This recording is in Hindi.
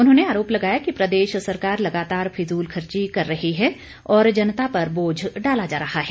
उन्होंने आरोप लगाया कि प्रदेश सरकार लगातार फिजूल खर्ची कर रही है और जनता पर बोझ डाला जा रहा है